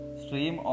stream